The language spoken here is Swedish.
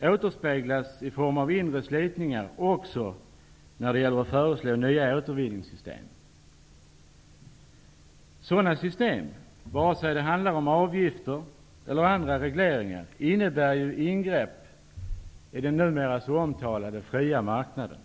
-- återspeglas i form av inre slitningar även när det gäller att föreslå nya återvinningssystem. Sådana system -- oavsett om det gäller avgifter eller andra regleringar -- innebär ingrepp i den numera så omtalade fria marknaden.